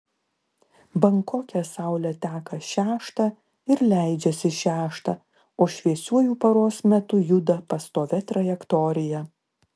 bankoke saulė teka šeštą ir leidžiasi šeštą o šviesiuoju paros metu juda pastovia trajektorija